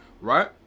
right